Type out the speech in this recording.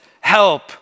help